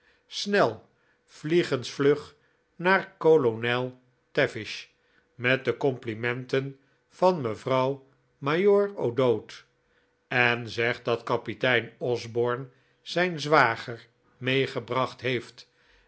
snel vliegensvlug naar kolonel tavish met de complimenten van mevrouw majoor o'dowd en zeg dat kapitein osborne zijn zwager meegebracht heeft